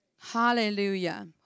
Hallelujah